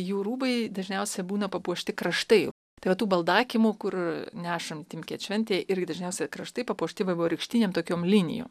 jų rūbai dažniausia būna papuošti kraštai tai va tų baldakimų kur nešant timket šventėj irgi dažniausia kraštai papuošti vaivorykštinėm tokiom linijom